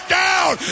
down